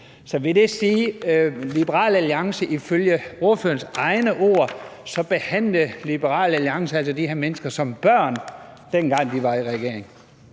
Og vil det sige, at Liberal Alliance ifølge ordførerens egne ord altså behandlede de her mennesker som børn, dengang de var i regering?